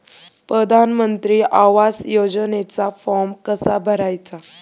प्रधानमंत्री आवास योजनेचा फॉर्म कसा भरायचा?